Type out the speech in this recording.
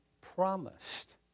promised